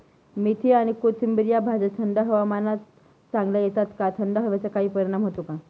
मेथी आणि कोथिंबिर या भाज्या थंड हवामानात चांगल्या येतात का? थंड हवेचा काही परिणाम होतो का?